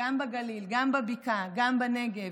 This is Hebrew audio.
גם בגליל גם בבקעה וגם בנגב?